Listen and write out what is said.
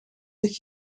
zich